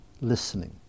listening